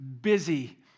busy